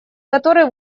который